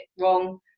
wrong